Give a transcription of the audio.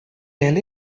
elle